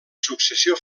successió